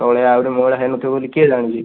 ତଳେ ଆହୁରି ମଇଳା ହୋଇ ନଥିବ ବୋଲି କିଏ ଜାଣିଛି